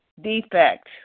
defect